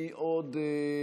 את מי עוד לא ראיתי?